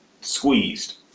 Squeezed